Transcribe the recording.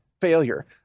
failure